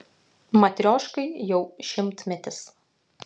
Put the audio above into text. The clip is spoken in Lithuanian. matrioškai jau šimtmetis